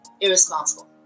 irresponsible